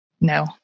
No